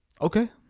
Okay